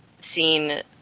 seen